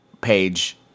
Page